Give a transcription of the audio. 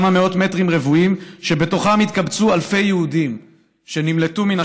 כמה מאות מטרים רבועים שבתוכם התקבצו אלפי יהודים שנמלטו מן